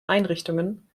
einrichtungen